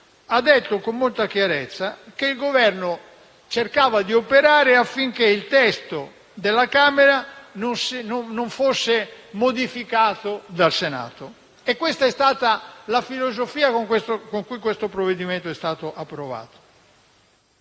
ha detto con molta chiarezza che il Governo cercava di operare affinché il testo della Camera non fosse modificato dal Senato. E questa è stata la filosofia con cui il provvedimento è stato approvato.